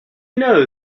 know